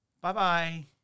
Bye-bye